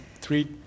three